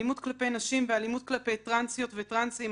האלימות כלפי נשים והאלימות כלפי טרנסיות וטרנסים,